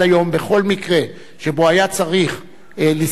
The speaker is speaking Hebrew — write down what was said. בכל מקרה שבו היה צריך לסטות מהנושא,